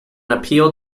appeal